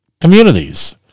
communities